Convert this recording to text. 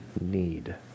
need